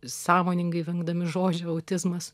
sąmoningai vengdami žodžių autizmas